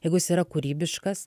jeigu jis yra kūrybiškas